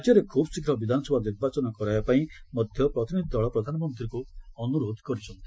ରାଜ୍ୟରେ ଖୁବ୍ ଶୀଘ୍ର ବିଧାନସଭା ନିର୍ବାଚନ କରାଇବା ପାଇଁ ମଧ୍ୟ ପ୍ରତିନିଧି ଦଳ ପ୍ରଧାନମନ୍ତ୍ରୀଙ୍କୁ ଅନୁରୋଧ କରିଛନ୍ତି